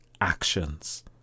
actions